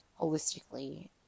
holistically